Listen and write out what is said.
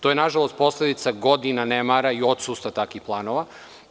To je, na žalost, posledica godina nemara i odsustva takvih planova.